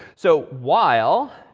so while